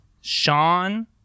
sean